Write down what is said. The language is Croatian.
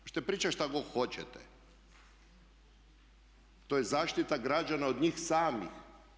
Možete pričati što hoćete to je zaštita građana od njih samih.